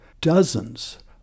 dozens